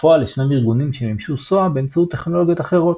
בפועל ישנם ארגונים שמימשו SOA באמצעות טכנולוגיות אחרות,